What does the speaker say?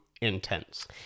intense